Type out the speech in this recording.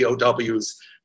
POWs